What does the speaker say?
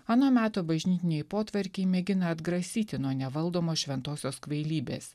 ano meto bažnytiniai potvarkiai mėgina atgrasyti nuo nevaldomos šventosios kvailybės